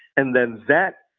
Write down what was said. and then that,